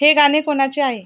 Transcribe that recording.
हे गाणे कोणाचे आहे